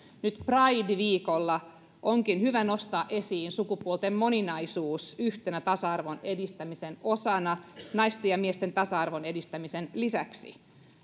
nyt pride viikolla onkin hyvä nostaa esiin sukupuolten moninaisuus yhtenä tasa arvon edistämisen osana naisten ja miesten tasa arvon edistämisen lisäksi